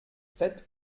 fett